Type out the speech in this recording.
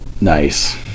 Nice